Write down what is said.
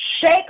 shake